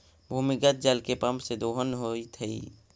भूमिगत जल के पम्प से दोहन होइत हई